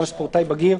גם ספורטאי בגיר,